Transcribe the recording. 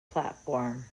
platform